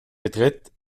betritt